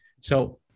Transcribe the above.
So-